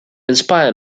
inspire